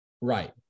Right